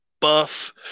buff